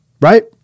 right